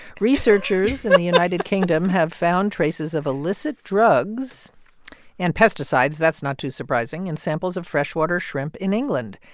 researchers. in the united kingdom have found traces of illicit drugs and pesticides that's not too surprising in samples of freshwater shrimp in england.